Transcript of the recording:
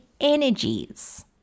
energies